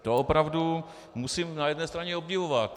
To opravdu musím na jedné straně obdivovat.